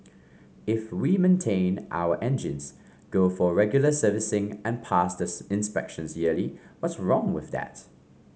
if we maintain our engines go for regular servicing and pass the inspections yearly what's wrong with that